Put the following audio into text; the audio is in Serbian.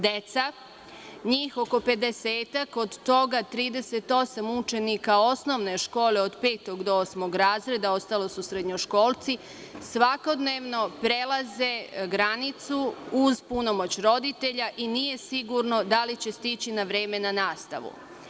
Deca, njih oko pedesetak, od toga 38 učenika osnovne škole od petog do osmog razreda, ostala su srednjoškolci, svakodnevno prelaze granicu uz punomoć roditelja i nije sigurno da li će stići na vreme na nastavu.